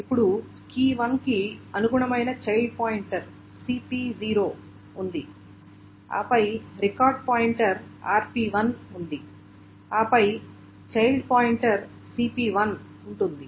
ఇప్పుడు key1 కి అనుగుణమైన చైల్డ్ పాయింటర్ cp0 ఉంది ఆపై రికార్డ్ పాయింటర్ rp1 ఉంది ఆపై చైల్డ్ పాయింటర్ cp1 ఉంటుంది